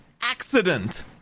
accident